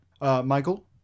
Michael